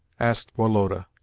asked woloda,